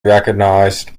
recognized